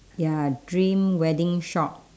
ya dream wedding shop